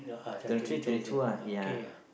twenty three twenty two lah ya